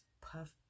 puff